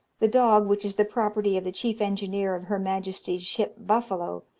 the dog, which is the property of the chief engineer of her majesty's ship buffalo,